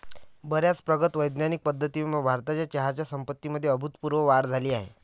बर्याच प्रगत वैज्ञानिक पद्धतींमुळे भारताच्या चहाच्या संपत्तीमध्ये अभूतपूर्व वाढ झाली आहे